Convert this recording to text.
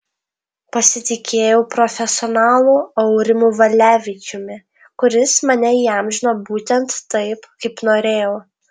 pasitikėjau profesionalu aurimu valevičiumi kuris mane įamžino būtent taip kaip norėjau